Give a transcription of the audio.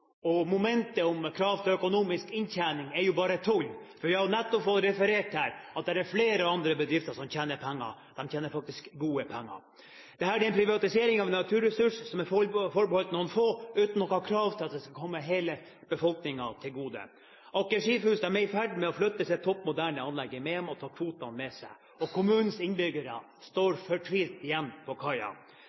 Momentet om krav til økonomisk inntjening er jo bare tull, for jeg har nettopp fått referert at det er flere andre bedrifter som tjener penger – de tjener faktisk gode penger. Dette er en privatisering av en naturressurs som er forbeholdt noen få, uten noe krav om at det skal komme hele befolkningen til gode. Aker Seafoods er i ferd med å flytte sitt topp moderne anlegg i Mehamn og ta kvotene med seg, og kommunens innbyggere står fortvilt igjen på kaia.